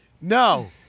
No